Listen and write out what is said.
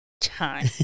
time